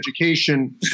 education